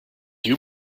you